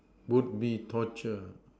would be torture